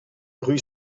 rue